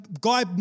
guy